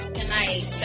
tonight